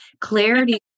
clarity